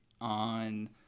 on